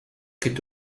qu’est